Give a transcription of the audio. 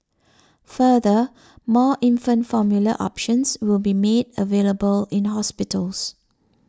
further more infant formula options will be me available in hospitals